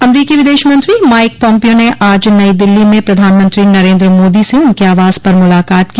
अमरीकी विदेश मंत्री माइक पॉम्पियो ने आज नई दिल्ली में प्रधानमंत्री नरेन्द्र मोदी से उनके आवास पर मुलाकात की